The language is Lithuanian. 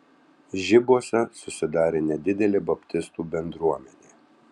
žibuose susidarė nedidelė baptistų bendruomenė